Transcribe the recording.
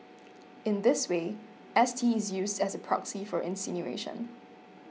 in this way S T is used as a proxy for insinuation